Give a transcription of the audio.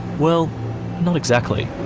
well, not exactly.